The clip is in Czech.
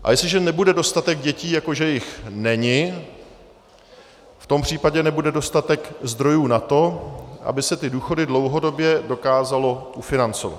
A jestliže nebude dostatek dětí, jako že jich není, v tom případě nebude dostatek zdrojů na to, aby se ty důchody dlouhodobě dokázaly ufinancovat.